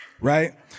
right